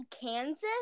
Kansas